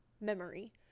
memory